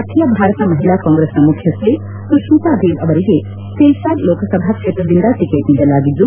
ಅಖಿಲ ಭಾರತ ಮಹಿಳಾ ಕಾಂಗ್ರೆಸ್ನ ಮುಖ್ಯಸ್ಥೆ ಸುಷ್ಣತಾ ದೇವ್ ಅವರಿಗೆ ಸಿಲ್ಟಾರ್ ಲೋಕಸಭಾ ಕ್ಷೇತ್ರದಿಂದ ಟಿಕೆಟ್ ನೀಡಲಾಗಿದ್ದು